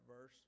verse